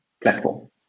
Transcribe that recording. platform